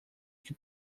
que